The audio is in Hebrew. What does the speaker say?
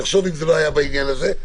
תחשוב אם זה לא היה בעניין הזה?